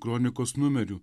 kronikos numerių